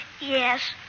Yes